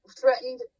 threatened